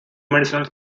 medicinal